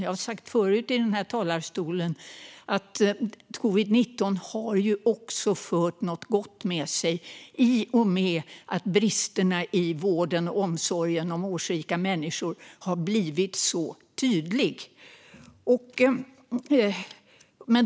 Jag har sagt förut i den här talarstolen att covid-19 också har fört något gott med sig i och med att bristerna i vården av och omsorgen om årsrika människor har blivit så tydliga.